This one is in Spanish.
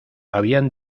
habían